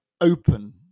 open